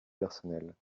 personnelle